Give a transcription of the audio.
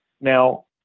Now